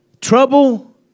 Trouble